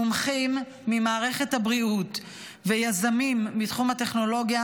מומחים ממערכת הבריאות ויזמים מתחום הטכנולוגיה